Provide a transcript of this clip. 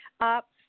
up